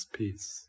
peace